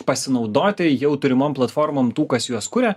pasinaudoti jau turimom platformom tų kas juos kuria